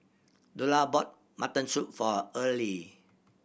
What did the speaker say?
Lula bought mutton soup for Earlie